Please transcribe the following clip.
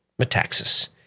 Metaxas